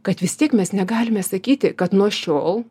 kad vis tiek mes negalime sakyti kad nuo šiol